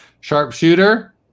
Sharpshooter